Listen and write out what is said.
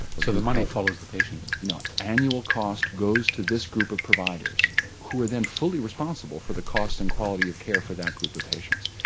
so the money follows the patient? the you know annual cost goes to this group of providers who are then fully responsible for the cost and quality of care for that group of patients.